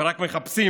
ורק מחפשים